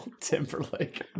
Timberlake